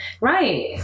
Right